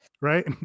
right